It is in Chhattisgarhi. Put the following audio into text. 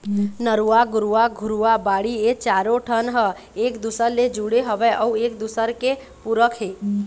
नरूवा, गरूवा, घुरूवा, बाड़ी ए चारों ठन ह एक दूसर ले जुड़े हवय अउ एक दूसरे के पूरक हे